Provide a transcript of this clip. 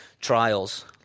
trials